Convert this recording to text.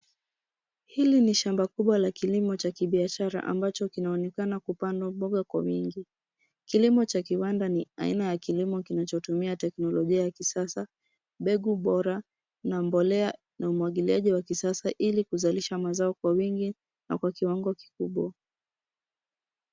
Hili ni shamba kubwa la kilimo cha kibiashara ambacho kinaonekana kupandwa mboga kwa wingi. Kilimo cha kiwanda ni aina ya kilimo kinachotumia teknolojia ya kisasa, mbegu bora na mbolea na umwagiliaji wa kisasa ili kuzalisha mazao kwa wingi na kwa kiwango kikubwa.